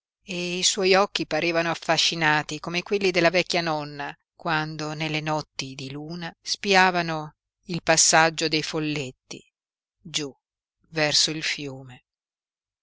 e i suoi occhi parevano affascinati come quelli della vecchia nonna quando nelle notti di luna spiavano il passaggio dei folletti giú verso il fiume